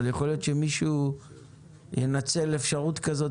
אבל יכול להיות שמישהו ינצל אפשרות כזאת